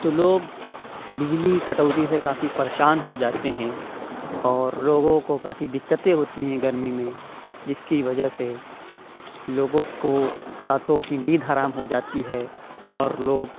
تو لوگ بجلی کٹوتی سے کافی پریشان ہو جاتے ہیں اور لوگوں کو کافی دقتیں ہوتی ہیں گرمی میں جس کی وجہ سے لوگوں کو راتوں کی نیند حرام ہو جاتی ہے اور لوگ